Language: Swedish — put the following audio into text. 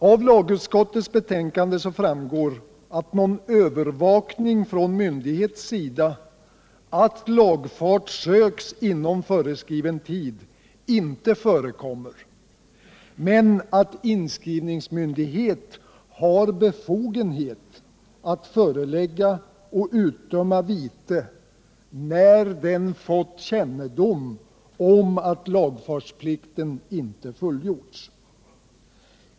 Av lagutskottets betänkande framgår att någon övervakning från myndighets sida av att lagfart söks inom föreskriven tid inte förekommer men att inskrivningsmyndighet har befogenhet att förelägga och utdöma vite när den fått kännedom om att lagfartsplikten inte fullgjorts.